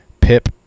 PIP